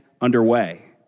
underway